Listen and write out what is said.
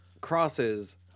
crosses